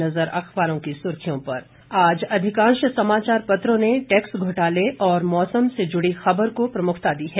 एक नज़र अखबारों की सुर्खियों पर आज अधिकांश समाचार पत्रों ने टैक्स घोटाले और मौसम से से जुड़ी खबर को प्रमुखता दी है